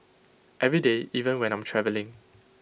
every day even when I'm travelling